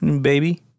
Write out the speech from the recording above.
Baby